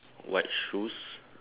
white shoes